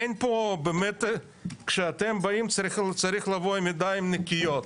באמת, כשאתם באים, צריך לבוא עם ידיים נקיות.